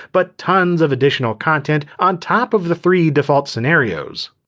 but tons of additional content on top of the three default scenarios.